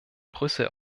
brüssel